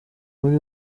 muri